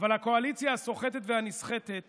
אבל הקואליציה הסוחטת והנסחטת